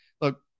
Look